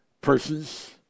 persons